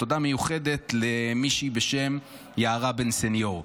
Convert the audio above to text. תודה מיוחדת למישהי בשם יערה בן סניור,